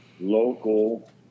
local